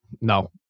No